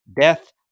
death